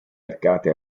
arcate